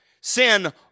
sin